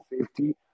safety